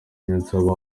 niyonsaba